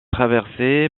traversé